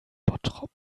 bottrop